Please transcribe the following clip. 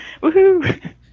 Woohoo